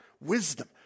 wisdom